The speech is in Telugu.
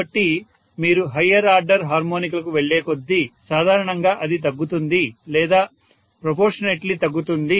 కాబట్టి మీరు హయ్యర్ ఆర్డర్ హార్మోనిక్లకు వెళ్ళేకొద్దీ సాధారణంగా అది తగ్గుతుంది లేదా ప్రపోర్షనేట్లీ తగ్గుతుంది